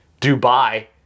Dubai